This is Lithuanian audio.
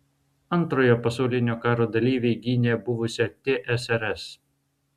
antrojo pasaulinio karo dalyviai gynė buvusią tsrs